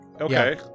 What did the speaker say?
Okay